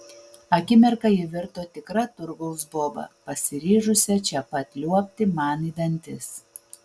akimirką ji virto tikra turgaus boba pasiryžusia čia pat liuobti man į dantis